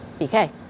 BK